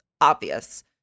obvious